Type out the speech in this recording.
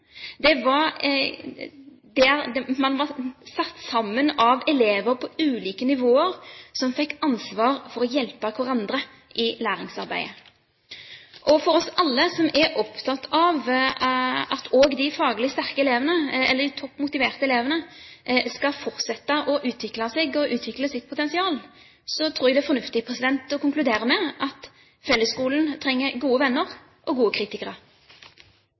var den gruppen som var satt sammen av elever på ulike nivåer, som fikk ansvar for å hjelpe hverandre i læringsarbeidet. For alle oss som er opptatt av at også de faglig sterke og toppmotiverte elevene skal fortsette å utvikle seg og sitt potensial, så tror jeg det er fornuftig å konkludere med at fellesskolen trenger gode venner, og gode kritikere.